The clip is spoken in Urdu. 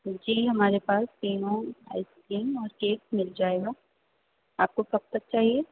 جی ہمارے پاس تینوں آئس کریم اور کیک مِل جائے گا آپ کو کب تک چاہیے